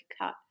cut